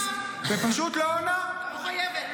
זאת שאלה ראשונה בסדרת שאלות, חיים.